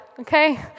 okay